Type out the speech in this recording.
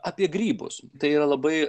apie grybus tai yra labai